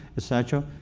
et cetera.